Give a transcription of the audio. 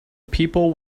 people